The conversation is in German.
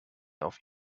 auf